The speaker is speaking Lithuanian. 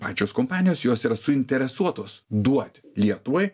pačios kompanijos jos yra suinteresuotos duoti lietuvai